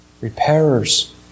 repairers